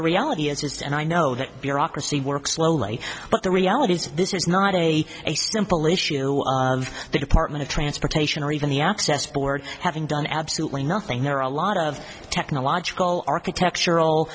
the reality is and i know that bureaucracy work slowly but the reality is this is not a simple issue of the department of transportation or even the access board having done absolutely nothing there are a lot of technological architectural